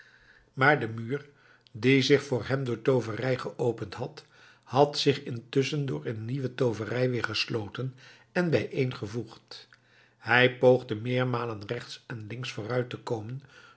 maar de muur die zich voor hem door tooverij geopend had had zich intusschen door een nieuwe tooverij weer gesloten en bijeen gevoegd hij poogde meermalen rechts en links vooruit te komen